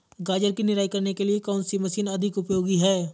गाजर की निराई के लिए कौन सी मशीन अधिक उपयोगी है?